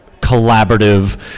collaborative